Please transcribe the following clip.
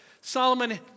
Solomon